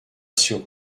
sur